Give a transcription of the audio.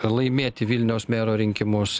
laimėti vilniaus mero rinkimus